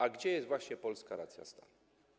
A gdzie jest właśnie polska racja stanu?